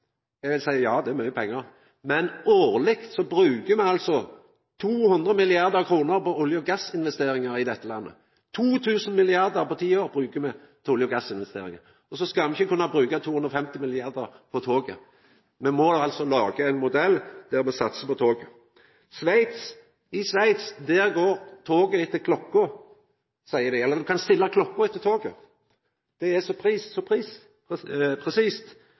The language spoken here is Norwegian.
Eg vil seia ja, det er mykje pengar, men årleg bruker me 200 mrd. kr på olje- og gassinvesteringar i dette landet. 2 000 mrd. kr på ti år bruker me til olje- og gassinvesteringar. Og så skal me ikkje kunna bruka 250 mrd. kr på toget! Me må laga ein modell der me satsar på toget. I Sveits går toget etter klokka, seier dei, eller ein kan stilla klokka etter toget – det er så presist.